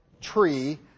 tree